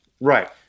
right